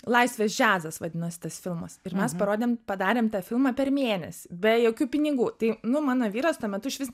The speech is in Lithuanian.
laisvės džiazas vadinosi tas filmas ir mes parodėm padarėm tą filmą per mėnesį be jokių pinigų tai nu mano vyras tuo metu išvis